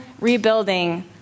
rebuilding